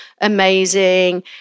amazing